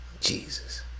Jesus